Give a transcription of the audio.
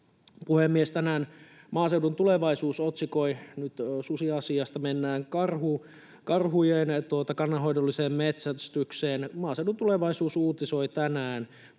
Puhemies! Tänään Maaseudun Tulevaisuus otsikoi — nyt susiasiasta mennään karhujen kannanhoidolliseen metsästykseen — uutisoi tänään